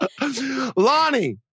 lonnie